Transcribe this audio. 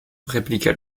répliqua